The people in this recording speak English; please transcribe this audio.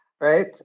right